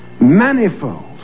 Manifold